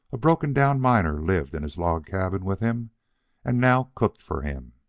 a broken-down miner lived in his log cabin with him and now cooked for him.